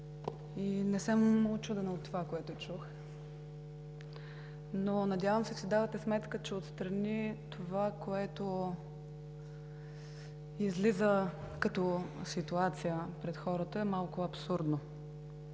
и не съм учудена от това, което чух. Надявам се, си давате сметка, че отстрани това, което излиза като ситуация пред хората, е малко абсурдно.